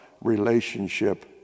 relationship